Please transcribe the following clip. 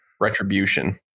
Retribution